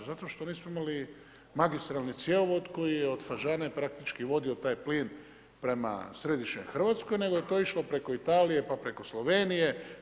Zato što nismo imali magistralni cjevovod koji je od Fažane praktički vodio taj plin prema središnjoj Hrvatskoj, nego je to išlo preko Italije pa preko Slovenije.